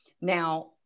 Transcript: Now